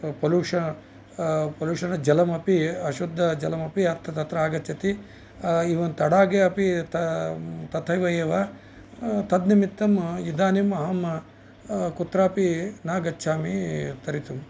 pollution pollution जलमपि अशुद्धजलमपि अत्र तत्र आगच्छति एवं तडागे अपि तथैव एव तरत् निमित्तम् इदानीम् अहं कुत्रापि न गच्छामि तर्तुम्